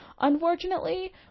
Unfortunately